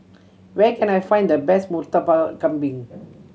where can I find the best Murtabak Kambing